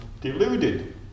deluded